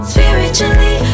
Spiritually